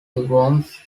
earthworms